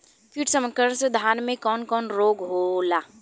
कीट संक्रमण से धान में कवन कवन रोग होला?